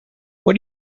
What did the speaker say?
what